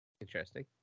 Interesting